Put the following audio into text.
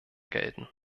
gelten